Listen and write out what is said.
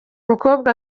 mukobwa